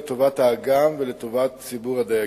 לטובת האגם ולטובת ציבור הדייגים.